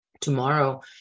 Tomorrow